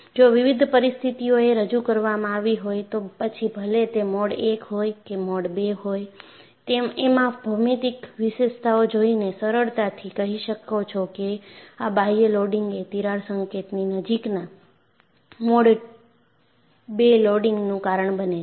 જો વિવિધ પરિસ્થિતિઓને રજૂ કરવામાં આવી હોય તો પછી ભલે તે મોડ 1 હોય કે મોડ 2 હોય એમાં ભૌમિતિક વિશેષતા જોઈને સરળતાથી કહી શકો છો કે આ બાહ્ય લોડિંગ એ તિરાડ સંકેતની નજીકના મોડ 2 લોડિંગનું કારણ બને છે